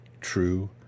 true